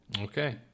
Okay